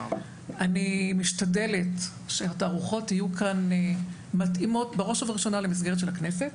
אני משתדלת שהתערוכות יהיו כאן מתאימות בראש ובראשונה למסגרת של הכנסת,